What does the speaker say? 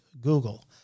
Google